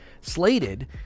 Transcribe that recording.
slated